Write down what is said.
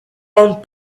own